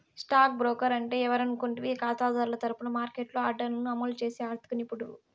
stock broker అంటే ఎవరనుకుంటివి కాతాదారుల తరపున మార్కెట్లో ఆర్డర్లను అమలు చేసి ఆర్థిక నిపుణుడు